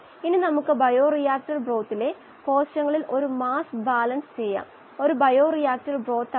അതുപോലെ ദ്രാവകത്തിന്റെ വശത്ത് അത് ഒരു മൊത്തം മാസ്സാണ് മൊത്ത മാസ്സ് കോയെഫിഷൻറ് K x 𝑥𝐴∗− 𝑥𝐴𝐿 ആണ്